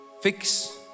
Fix